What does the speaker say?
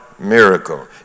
Miracle